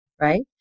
right